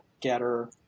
Getter